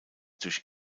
durch